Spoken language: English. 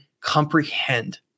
comprehend